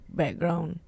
background